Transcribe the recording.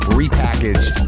repackaged